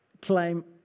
claim